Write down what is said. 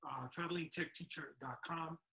travelingtechteacher.com